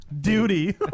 Duty